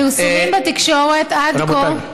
רבותיי.